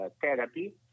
therapy